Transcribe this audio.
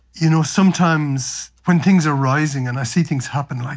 you know, sometimes when things are rising and i see things happen, like